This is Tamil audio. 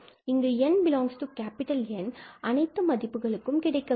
இது nN அனைத்து மதிப்புகளுக்கும் கிடைக்க வேண்டும்